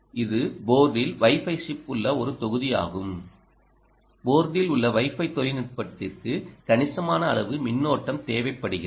இது போர்டில் wifi chip உள்ள ஒரு தொகுதி ஆகும் போர்டில் உள்ள வைஃபை தொழில்நுட்பத்திற்கு கணிசமான அளவு மின்னோட்டம் தேவைப்படுகிறது